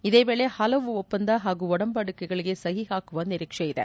ಇದೇ ವೇಳೆ ಹಲವು ಒಪ್ಲಂದ ಹಾಗೂ ಒಡಂಬಡಿಕೆಗಳಿಗೆ ಸಹಿ ಹಾಕುವ ನಿರೀಕ್ಷೆ ಇದೆ